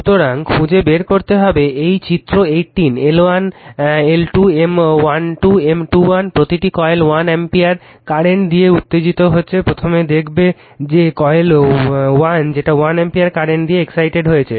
সুতরাং খুঁজে বের করতে হবে এই চিত্র 18 L1 L2 M12 M21 প্রতিটি কয়েল 1 অ্যাম্পিয়ার কারেন্ট দিয়ে উত্তেজিত হয়েছে প্রথমে দেখবে যে কয়েল 1 যেটা 1 অ্যাম্পিয়ার কারেন্ট দিয়ে এক্সাইটেড হয়েছে